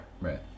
right